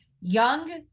young